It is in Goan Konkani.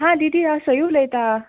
हां दीदी हांव सई उलयतां